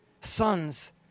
Sons